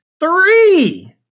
Three